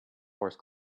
horse